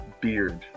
beard